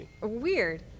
Weird